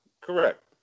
Correct